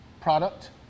product